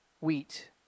wheat